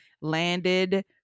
landed